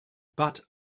but